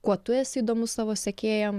kuo tu esi įdomus savo sekėjam